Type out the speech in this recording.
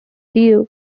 duke